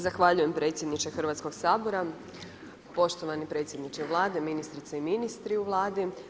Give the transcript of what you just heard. Zahvaljujem predsjedniče Hrvatskog sabora, poštovani predsjedniče Vlade, ministrice i ministri u Vladi.